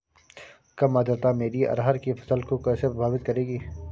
कम आर्द्रता मेरी अरहर की फसल को कैसे प्रभावित करेगी?